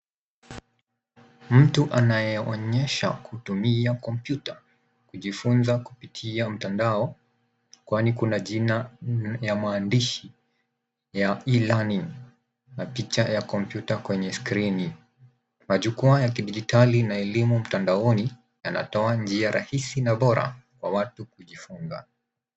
Mtu anayeonyesha kutumia kompyuta kujifunza kupitia mtandao, kwani kuna jina ya maandishi ya e-learning na picha ya kompyuta kwenye skrini. Majukwaa ya kidijitali na elimu mtandaoni yanatoa njia rahisi na bora wa watu kujifunza.